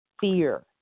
fear